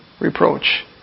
reproach